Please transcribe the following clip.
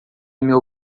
meu